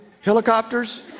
helicopters